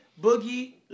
Boogie